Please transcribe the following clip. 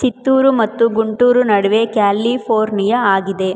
ಚಿತ್ತೂರು ಮತ್ತು ಗುಂಟೂರು ನಡುವೆ California ಆಗಿದೆ